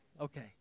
Okay